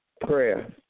prayer